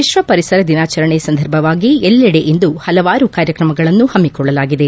ವಿಶ್ವ ಪರಿಸರ ದಿನಾಚರಣೆ ಸಂದರ್ಭವಾಗಿ ಎಲ್ಲೆಡೆ ಇಂದು ಹಲವಾರು ಕಾರ್ಯಕ್ರಮಗಳನ್ನು ಹಮ್ನಿಕೊಳ್ಳಲಾಗಿದೆ